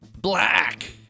black